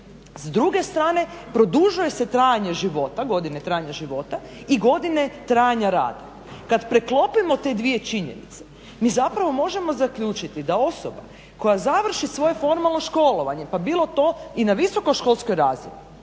S druge strane, produžuje se trajanje života, godine trajanja života i godine trajanja rada. Kad preklopimo te dvije činjenice, mi zapravo možemo zaključiti da osoba koja završi svoj formalno školovanje pa bilo to i na visokoškolskoj razini